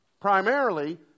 primarily